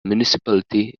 municipality